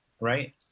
right